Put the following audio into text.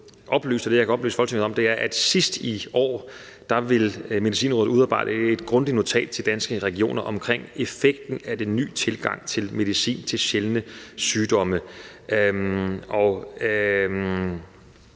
og det, jeg kan oplyse Folketinget om, er, at sidst på året vil Medicinrådet udarbejde et grundigt notat til Danske Regioner omkring effekten af den nye tilgang til medicin til sjældne sygdomme.